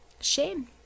Shame